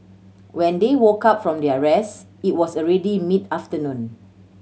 when they woke up from their rest it was already mid afternoon